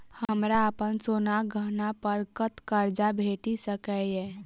हमरा अप्पन सोनाक गहना पड़ कतऽ करजा भेटि सकैये?